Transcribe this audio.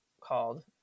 called